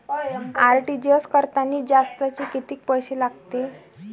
RTGS करतांनी जास्तचे कितीक पैसे लागते?